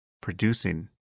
producing